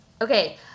okay